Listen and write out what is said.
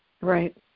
Right